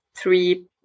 three